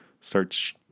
starts